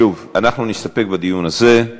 שוב, אנחנו נסתפק בדיוק הזה.